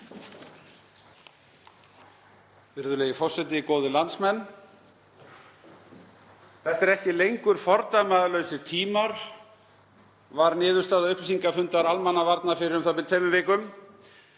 Virðulegi forseti. Góðir landsmenn. Þetta eru ekki lengur fordæmalausir tímar, var niðurstaða upplýsingafundar almannavarna fyrir um það bil tveimur vikum.